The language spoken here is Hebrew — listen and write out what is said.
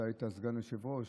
כשהיית סגן יושב-ראש,